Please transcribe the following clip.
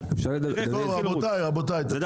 תראה איך הם יתחילו לרוץ ודרך אגב,